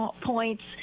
points